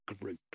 Group